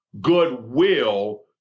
goodwill